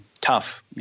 tough